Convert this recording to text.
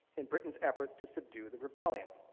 in britain's efforts to subdue the rebellion.